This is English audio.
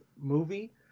movie